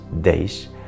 days